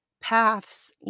paths